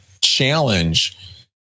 challenge